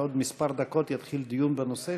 בעוד כמה דקות יתחיל דיון בנושא,